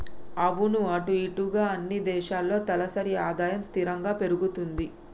అవును అటు ఇటుగా అన్ని దేశాల్లో తలసరి ఆదాయం స్థిరంగా పెరుగుతుంది